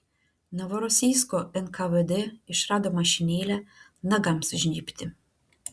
novorosijsko nkvd išrado mašinėlę nagams žnybti